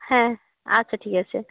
হ্যাঁ আচ্ছা ঠিক আছে